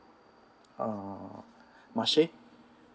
uh marche